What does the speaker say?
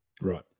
right